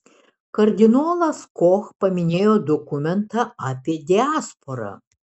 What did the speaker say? kardinolas koch paminėjo dokumentą apie diasporą